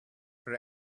for